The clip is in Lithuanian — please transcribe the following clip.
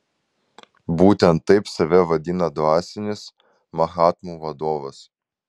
būtent taip save vadina dvasinis mahatmų vadovas